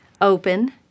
open